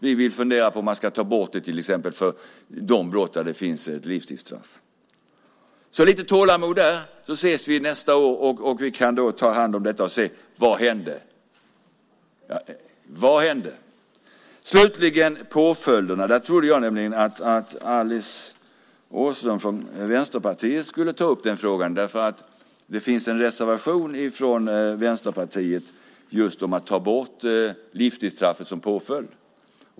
Vi vill fundera på om man ska ta bort den för till exempel de brott där det finns ett livstidsstraff. Ha lite tålamod så ses vi nästa år och kan ta upp detta och se vad som hände. Frågan om påföljderna trodde jag att Alice Åström från Vänsterpartiet skulle ta upp. Det finns en reservation från Vänsterpartiet om att ta bort livstidsstraffet som påföljd.